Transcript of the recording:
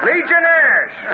Legionnaires